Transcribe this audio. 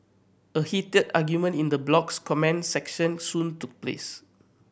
a heated argument in the blog's comment section soon took place